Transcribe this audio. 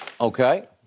Okay